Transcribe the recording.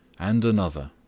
and another,